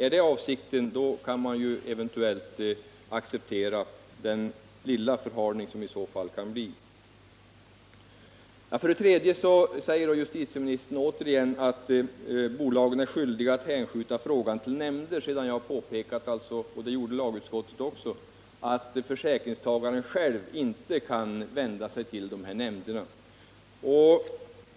Är detta avsikten, då kan man eventuellt acceptera den lilla förhalning som kan uppstå. Justitieministern säger återigen att bolagen är skyldiga att hänskjuta frågan till nämnder — sedan jag, i likhet med lagutskottet, påpekat att försäkringstagaren själv inte kan vända sig till dessa nämnder. Men